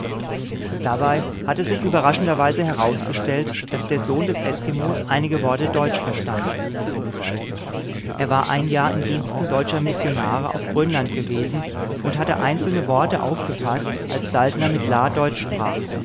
dabei hatte sich überraschenderweise herausgestellt daß der sohn des eskimos einige worte deutsch verstand er war ein jahr in diensten deutscher missionare auf grönland gewesen und hatte einzelne worte aufgefaßt als saltner mit la deutsch sprach